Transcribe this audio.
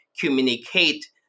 communicate